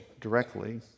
directly